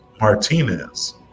Martinez